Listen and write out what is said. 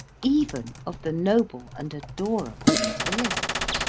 even of the noble and adorable spheres.